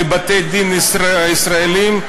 בבתי-דין ישראליים,